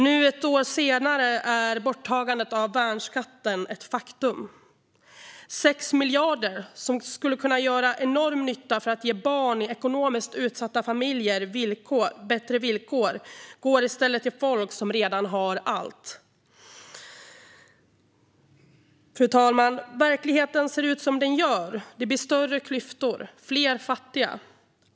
Nu ett år senare är borttagandet av värnskatten ett faktum. 6 miljarder, som skulle kunna göra enorm nytta för att ge barn i ekonomiskt utsatta familjer bättre villkor, går i stället till folk som redan har allt. Fru talman! Verkligheten ser ut som den gör. Det blir större klyftor och fler fattiga.